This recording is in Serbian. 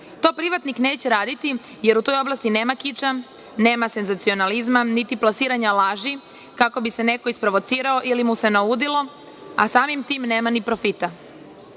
To privatnik neće raditi, jer u toj oblasti nema kiča, nema senzacionalizma, niti plasiranja laži kako bi se neko isprovocirao ili mu se naudilo, a samim tim nema ni profita. Na